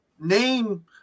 name